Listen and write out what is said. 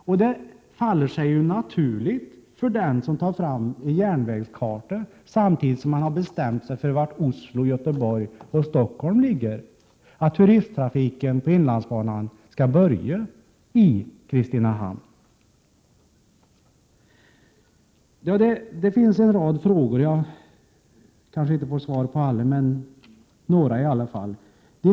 Och det faller sig ju naturligt för den som har tagit fram en järnvägskarta och bestämt sig för var Oslo, Göteborg och Stockholm ligger att turisttrafiken på inlandsbanan skall börja i Kristinehamn. Jag kanske inte får svar på alla frågor, men jag hoppas få svar på åtminstone några frågor.